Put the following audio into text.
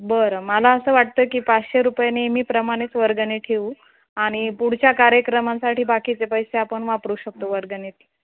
बरं मला असं वाटतं की पाचशे रुपये नेहमी प्रमाणेच वर्गणी ठेऊ आणि पुढच्या कार्यक्रमांसाठी बाकीचे पैसे आपण वापरू शकतो वर्गणीतले